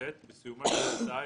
בסיומה של ההסעה,